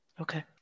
Okay